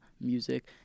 music